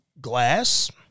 glass